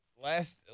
Last